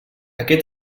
aquest